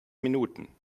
minuten